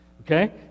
okay